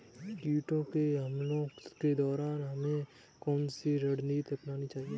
कीटों के हमलों के दौरान हमें कौन सी रणनीति अपनानी चाहिए?